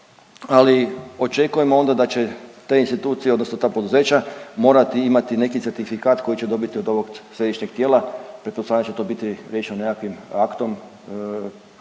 ali očekujemo onda da će te institucije odnosno ta poduzeća morati imati neki certifikat koji će dobiti od ovog središnjeg tijela. Pretpostavljam da će to biti riješeno nekakvim aktom,